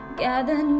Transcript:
gather